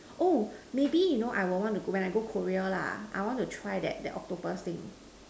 oh maybe you know I will want to go when I go Korea lah I want to try that that octopus thing